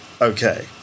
Okay